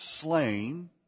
slain